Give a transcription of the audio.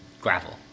gravel